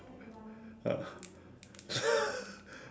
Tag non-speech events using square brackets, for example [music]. ah [laughs]